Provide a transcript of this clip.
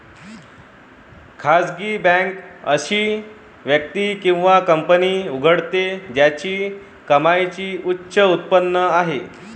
खासगी बँक अशी व्यक्ती किंवा कंपनी उघडते ज्याची कमाईची उच्च उत्पन्न आहे